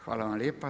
Hvala vam lijepa.